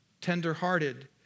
Tender-hearted